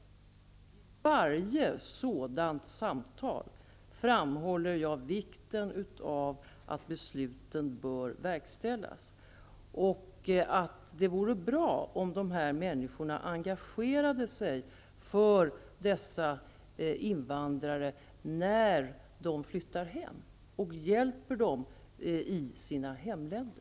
Vid varje sådant samtal framhåller jag vikten av att besluten verkställs och att det vore bra om dessa människor engagerade sig för dessa invandrare när de flyttar hem så att de får hjälp i sina hemländer.